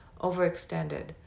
overextended